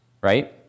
right